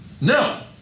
no